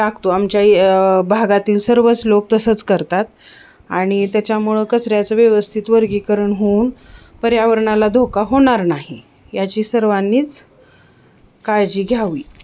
टाकतो आमच्या या भागातील सर्वच लोक तसंच करतात आणि त्याच्यामुळं कचऱ्याचं व्यवस्थित वर्गीकरण होऊन पर्यावरणाला धोका होणार नाही याची सर्वांनीच काळजी घ्यावी